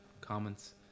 comments